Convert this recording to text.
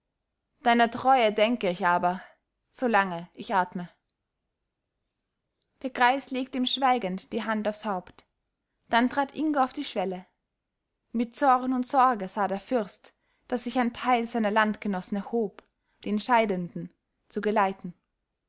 deiner treue denke ich aber solange ich atme der greis legte ihm schweigend die hand aufs haupt dann trat ingo auf die schwelle mit zorn und sorge sah der fürst daß sich ein teil seiner landgenossen erhob den scheidenden zu geleiten